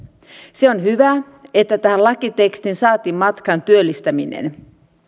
velvoitteet on hyvä että tähän lakitekstiin saatiin matkaan työllistäminen